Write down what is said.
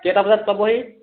কেইটা বজাত পাবহি